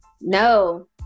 No